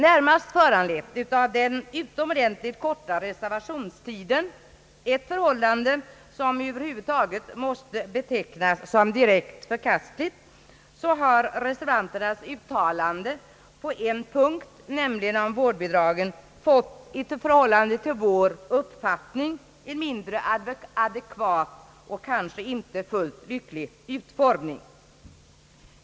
Närmast föranlett av den utomordentligt korta reservationstiden, ett förhållande som över huvud taget måste betecknas såsom direkt förkastligt, har reservanternas uttalande på en punkt, nämligen om vårdbidraget, fått en i förhållande till vår uppfattning mindre adekvat och kanske inte fullt lycklig utformning.